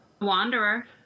Wanderer